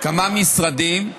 כמה משרדים,